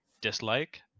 dislike